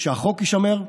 שהחוק יישמר,